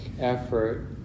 effort